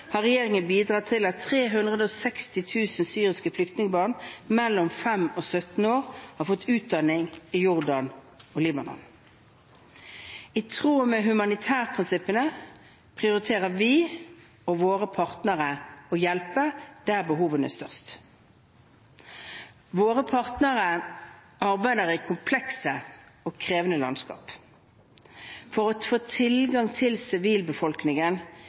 har regjeringen bidratt til at 360 000 syriske flyktningbarn mellom 5 og 17 år har fått utdanning i Jordan og Libanon. I tråd med humanitære prinsipper prioriterer vi og våre partnere å hjelpe der behovene er størst. Våre partnere arbeider i komplekse og krevende landskap. For å få tilgang til sivilbefolkningen